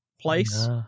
place